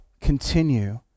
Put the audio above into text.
continue